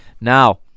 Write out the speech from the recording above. Now